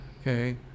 okay